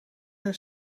een